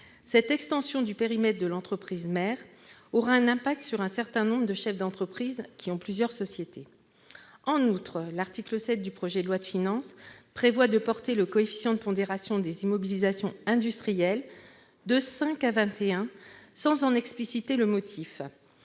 Cette extension du périmètre de l'entreprise mère aura des conséquences pour un certain nombre de chefs d'entreprise qui ont plusieurs sociétés. En outre, l'article 7 du projet de loi de finances prévoit de porter le coefficient de pondération des immobilisations industrielles de 5 à 21, sans en expliciter le motif.